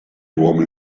uomo